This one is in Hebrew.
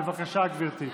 בבקשה, גברתי.